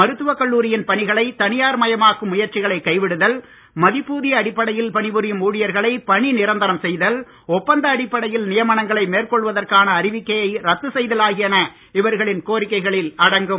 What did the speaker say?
மருத்துவ கல்லூரியின் பணிகளை தனியார் மயமாக்கும் முயற்சிகளை கைவிடுதல் மதிப்பூதிய அடிப்படையில் பணிபுரியும் ஊழியர்களை பணி நிரந்தரம் செய்தல் ஒப்பந்த அடிப்படையில் நியமனங்களை மேற்கொள்வதற்கான அறிவிக்கையை ரத்து செய்தல் ஆகியன இவர்களின் கோரிக்கைகளில் அடங்கும்